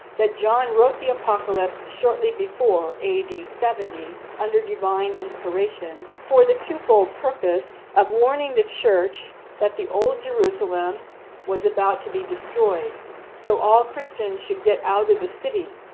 that john wrote the apocalypse shortly before ad seventy, under divine inspiration, for the two-fold purpose of warning the church that the old jerusalem was about to be destroyed so all christians should get out of the city,